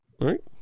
right